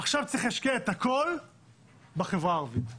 עכשיו צריך להשקיע את הכול בחברה הערבית והחרדית.